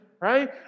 Right